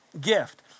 gift